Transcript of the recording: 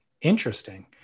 Interesting